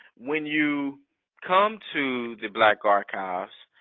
when you come to the black archives,